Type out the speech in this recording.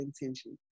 intention